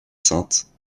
sainte